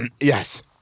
Yes